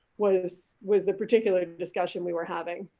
was was the particular discussion we were having.